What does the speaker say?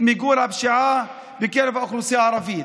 מיגור הפשיעה בקרב האוכלוסייה הערבית,